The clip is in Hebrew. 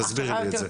תסבירי לי את זה.